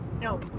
no